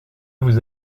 vous